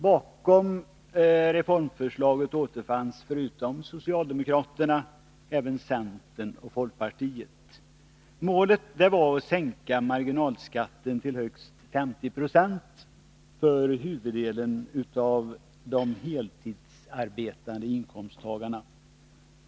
Bakom reformförslaget återfanns, förutom socialdemokraterna, även centern och folkpartiet. Målet var att sänka marginalskatten till högst 50 2 för huvuddelen av de heltidsarbetande inkomsttagarna.